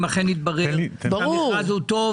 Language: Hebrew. אם אכן יתברר שהמכרז הוא טוב,